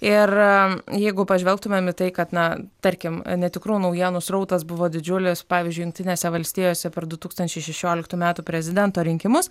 ir jeigu pažvelgtumėm į tai kad na tarkim netikrų naujienų srautas buvo didžiulis pavyzdžiui jungtinėse valstijose per du tūkstančiai šešioliktų metų prezidento rinkimus